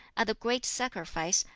at the great sacrifice,